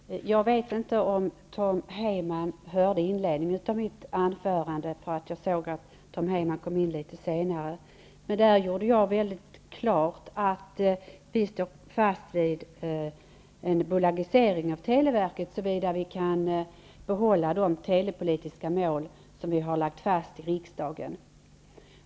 Herr talman! Jag vet inte om Tom Heyman hörde inledningen av mitt anförande, för han kom in litet senare. I det gjorde jag klart att vi står fast vid en bolagisering av televerket, såvida vi kan behålla de telepolitiska mål som vi har lagt fast i riksdagen.